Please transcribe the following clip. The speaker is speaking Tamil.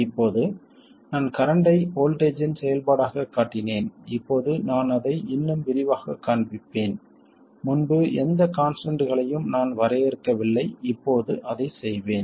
இப்போது நான் கரண்ட்டை வோல்ட்டேஜ்ஜின் செயல்பாடாகக் காட்டினேன் இப்போது நான் அதை இன்னும் விரிவாகக் காண்பிப்பேன் முன்பு எந்த கான்ஸ்டன்ட்களையும் நான் வரையறுக்கவில்லை இப்போது அதைச் செய்வேன்